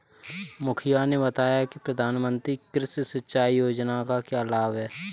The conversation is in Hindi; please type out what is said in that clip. मुखिया ने बताया कि प्रधानमंत्री कृषि सिंचाई योजना का क्या लाभ है?